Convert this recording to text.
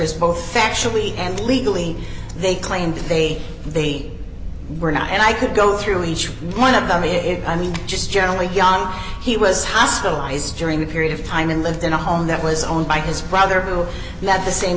is both factually and legally they claimed they they were not and i could go through each one of them if i mean just generally ya know he was hospitalized during that period of time and lived in a home that was owned by his brother who are not the same